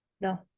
no